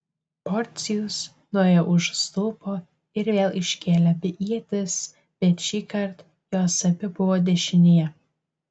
porcijus nuėjo už stulpo ir vėl iškėlė abi ietis bet šįkart jos abi buvojo dešinėje